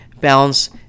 balance